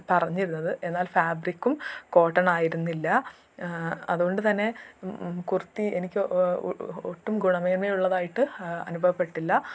പറഞ്ഞിരുന്നത് എന്നാൽ ഫാബ്രിക്കും കോട്ടൺ ആയിരുന്നില്ല അതുകൊണ്ടു തന്നെ കുർത്തി എനിക്ക് ഓ ഒട്ടും ഗുണമേന്മ ഉള്ളതായിട്ട് അനുഭവപ്പെട്ടില്ല